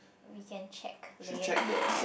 we can check later